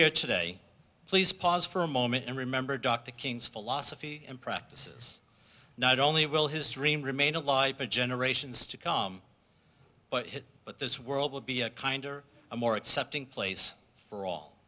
here today please pause for a moment and remember dr king's philosophy and practices not only will his dream remain alive for generations to come but it but this world will be a kinder a more accepting place for all